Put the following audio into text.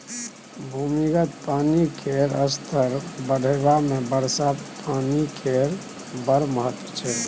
भूमिगत पानि केर स्तर बढ़ेबामे वर्षा पानि केर बड़ महत्त्व छै